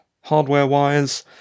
hardware-wise